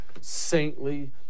saintly